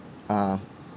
uh